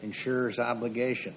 insurers obligation